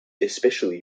especially